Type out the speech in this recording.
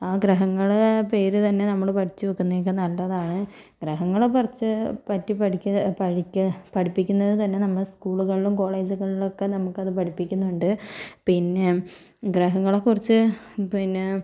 ആ ഗ്രഹങ്ങൾ പേരു തന്നെ നമ്മൾ പഠിച്ച് വെക്കുന്നത് ഒക്കെ നല്ലതാണ് ഗ്രഹങ്ങളെ കുറിച്ച് പറ്റി പഠിക പഠിക്ക പഠിപ്പിക്കുന്നത് തന്നെ നമ്മൾ സ്കുളികളിലും കോളേജുകളിലും ഒക്കെ നമുക്ക് അത് പഠിപ്പിക്കുന്നുണ്ട് പിന്നെ ഗ്രഹങ്ങളെ കുറിച്ച് പിന്നെ